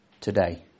today